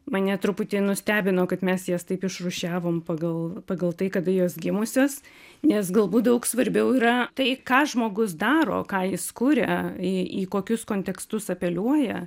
mane truputį nustebino kad mes jas taip išrūšiavom pagal pagal tai kada jos gimusios nes galbūt daug svarbiau yra tai ką žmogus daro ką jis kuria į į kokius kontekstus apeliuoja